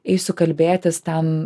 eisiu kalbėtis ten